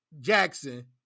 Jackson